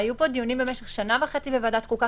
היו פה דיונים במשך שנה וחצי בוועדת חוקה,